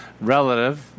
relative